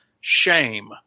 Shame